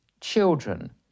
children